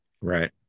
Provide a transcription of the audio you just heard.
Right